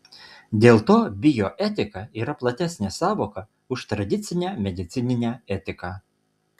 dėl to bioetika yra platesnė sąvoka už tradicinę medicininę etiką